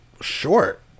short